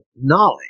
knowledge